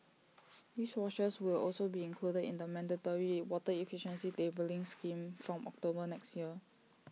dishwashers will also be included in the mandatory water efficiency labelling scheme from October next year